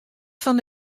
fan